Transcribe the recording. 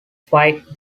fight